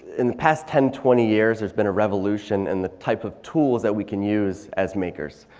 in the past ten, twenty years there's been a revolution in the type of tools that we can use as makers.